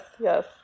yes